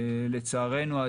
לצערנו,